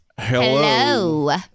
Hello